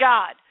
God